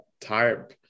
type